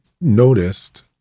noticed